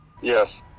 Yes